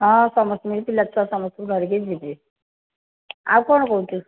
ହଁ ସମସ୍ତଙ୍କୁ ନେଇକି ପିଲା ଛୁଆ ସମସ୍ତଙ୍କୁ ଧରିକି ଯିବି ଆଉ କ'ଣ କହୁଛୁ